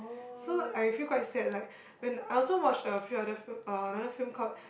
so I feel quite sad like when I also watch a few other film uh another film called